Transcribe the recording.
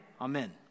amen